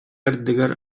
ардыгар